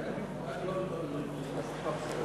גברתי היושבת-ראש,